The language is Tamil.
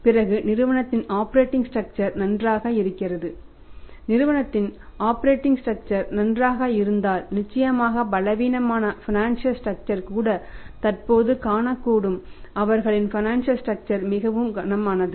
பிறகு நிறுவனத்தின் ஆப்பரேட்டிங் ஸ்ட்ரக்சர் மிகவும் கனமானது